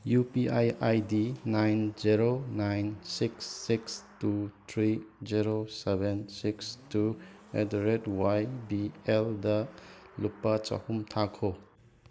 U P I I D nine zero nine six six two three zero seven six two at the rate Y B L ꯂꯨꯄꯥ ꯆꯍꯨꯝ ꯊꯥꯈꯣ